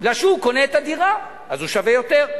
מפני שהוא קונה את הדירה אז הוא שווה יותר.